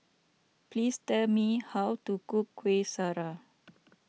please tell me how to cook Kueh Syara